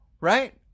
right